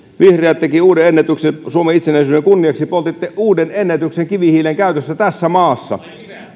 vihreät tekivät uuden ennätyksen suomen itsenäisyyden kunniaksi poltitte uuden ennätyksen kivihiilen käytössä tässä maassa